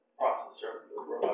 processor